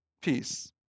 peace